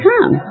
come